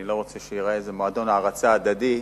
אני לא רוצה שייראה איזה מועדון הערצה הדדי,